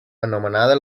anomenada